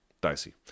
Dicey